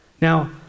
Now